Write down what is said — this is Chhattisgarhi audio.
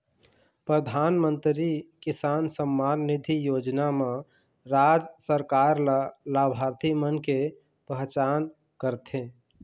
परधानमंतरी किसान सम्मान निधि योजना म राज सरकार ल लाभार्थी मन के पहचान करथे